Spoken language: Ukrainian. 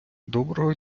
доброго